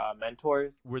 mentors